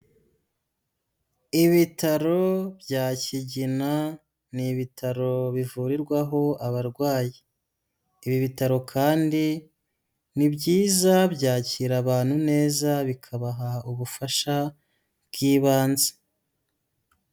Ibitaro bya Kigina ni ibitaro bivurirwaho abarwayi, ibi bitaro kandi ni byiza byakira abantu neza bikabaha ubufasha bw'ibanze.